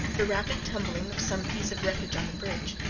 the rapid tumbling of some piece of wreckage on the bridge.